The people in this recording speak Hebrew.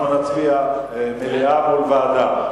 אנחנו נצביע מליאה מול ועדה.